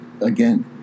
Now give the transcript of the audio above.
again